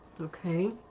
Okay